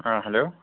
ہاں ہیٚلو